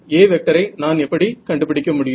Aஐ நான் எப்படி கண்டுபிடிக்க முடியும்